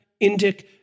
Indic